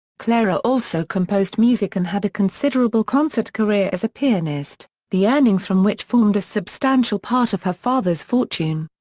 clara also composed music and had a considerable concert career as a pianist, the earnings from which formed a substantial part of her father's fortune.